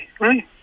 right